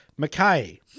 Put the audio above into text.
McKay